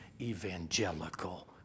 evangelical